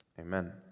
Amen